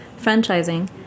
franchising